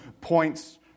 points